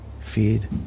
Feed